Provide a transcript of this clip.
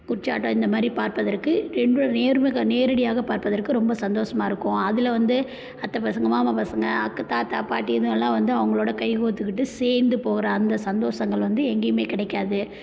குச்சியாட்டம் இந்த மாதிரி பார்ப்பதற்கு ரெண்டும் நேர்முக நேரடியாக பார்ப்பதற்கு ரொம்ப சந்தோஷமாயிருக்கும் அதில் வந்து அத்தை பசங்கள் மாமா பசங்கள் அக் தாத்தா பாட்டின்னு எல்லாம் வந்து அவங்களோட கை கோர்த்துக்கிட்டு சேர்ந்து போகிற அந்த சந்தோஷங்கள் வந்து எங்கேயுமே கிடைக்காது